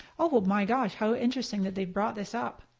oh my gosh how interesting that they've brought this up.